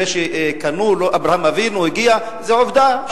זה שקנו, אברהם אבינו הגיע, זו עובדה.